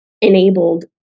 enabled